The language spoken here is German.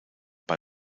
bei